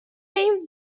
این